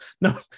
no